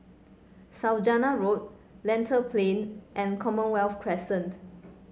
Saujana Road Lentor Plain and Commonwealth Crescent